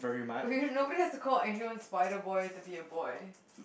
okay nobody has to call anyone spider boy to be a boy